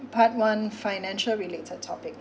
part one financial related topic